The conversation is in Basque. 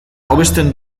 hobesten